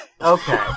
Okay